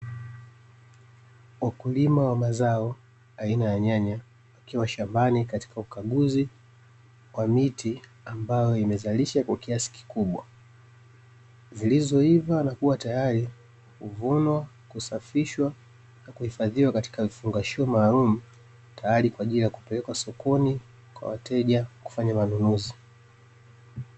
Wakulima wa mazao aina ya nyanya, wakiwa shambani katika ukaguzi wa miti, ambayo imezalisha kwa kiasi kikubwa. Zilizoiva na kuwa tayari huvunwa, kusafishwa na kuhifadhiwa katika vifungashio maalumu, tayari kwa ajili ya kupelekwa sokoni kwa wateja kufanya manunuzi.